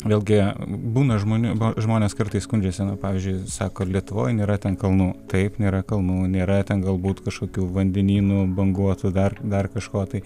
vėlgi būna žmonių žmonės kartais skundžiasi na pavyzdžiui sako lietuvoj nėra ten kalnų taip nėra kalnų nėra ten galbūt kažkokių vandenynų banguotų dar dar kažko tai